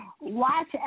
Watch